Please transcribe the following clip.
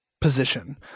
position